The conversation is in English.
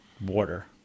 border